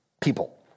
people